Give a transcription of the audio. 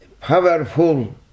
powerful